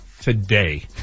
today